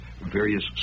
various